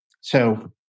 So-